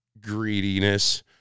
greediness